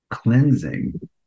Cleansing